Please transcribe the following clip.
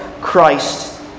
Christ